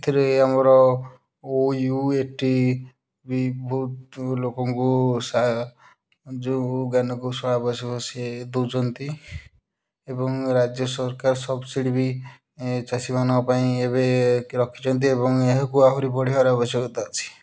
ଏଥିରେ ଆମର O U A T ବି ବହୁତ ଲୋକଙ୍କୁ ସା ଯେଉଁ ଜ୍ଞାନକୌଶଳ ଆବଶ୍ୟକ ସେ ଦେଉଛନ୍ତି ଏବଂ ରାଜ୍ୟ ସରକାର ସବସିଡ଼ି ବି ଚାଷୀମାନଙ୍କ ପାଇଁ ଏବେ ରଖିଛନ୍ତି ଏବଂ ଏହାକୁ ଆହୁରି ବଢ଼େଇବାର ଆବଶ୍ୟକତା ଅଛି